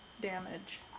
damage